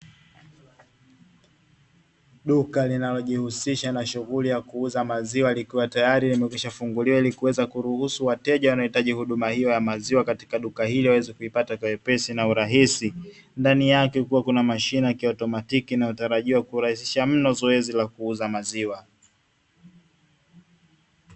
Duka linalojihusisha na shughuli ya kuuza maziwa, likiwa tayari limekwishafunguliwa ili kuweza kuruhusu wateja wanaohitaji huduma hiyo ya maziwa katika duka hilo ili waweze kuipata kwa wepesi na urahisi, ndani yake kukiwa na mashine ya kiotomatiki inayotarajiwa kurahisisha mno zoesi la kuuza maziwa.